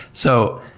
so,